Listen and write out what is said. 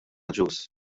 agius